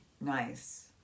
nice